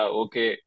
okay